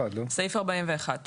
תיקון